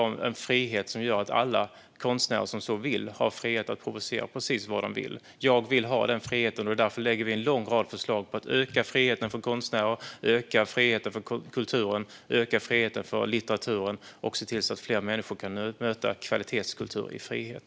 Jag vill ha en frihet som gör att alla konstnärer som så vill har frihet att provocera precis hur de vill. Jag vill ha den friheten. Därför lägger vi fram en lång rad förslag om att öka friheten för konstnärer, öka friheten för kulturen, öka friheten för litteraturen och se till att fler människor kan möta kvalitetskultur i frihet.